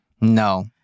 No